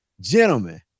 Gentlemen